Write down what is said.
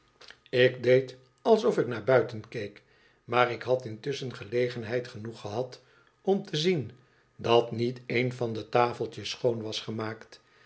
ik deed alsof ik naar buiten keek maar ik had intusschen gelegenheid genoeg gehad om te zien dat niet één van de tafeltjes schoon was gemaakt